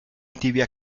tibia